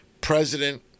president